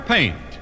Paint